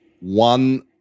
One